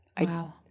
Wow